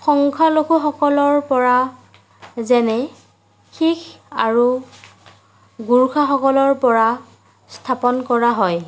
সংখ্য়ালঘুসকলৰ পৰা যেনে শিখ আৰু গোৰ্খাসকলৰ পৰা স্থাপন কৰা হয়